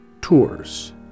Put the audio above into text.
Tours